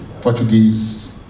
Portuguese